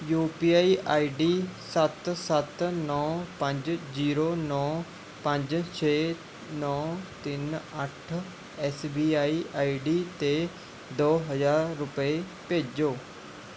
you P I I D ਸੱਤ ਸੱਤ ਨੌ ਪੰਜ ਜੀਰੋ ਨੌ ਪੰਜ ਛੇ ਨੌ ਤਿੰਨ ਅੱਠ S B I I D 'ਤੇ ਦੋ ਹਜ਼ਾਰ ਰੁਪਏ ਭੇਜੋ